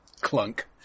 Clunk